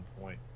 point